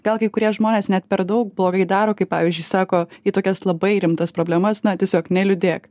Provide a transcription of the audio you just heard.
gal kai kurie žmonės net per daug blogai daro kai pavyzdžiui sako į tokias labai rimtas problemas na tiesiog neliūdėk